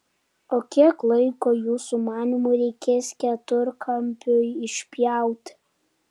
o kiek laiko jūsų manymu reikės keturkampiui išpjauti